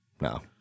No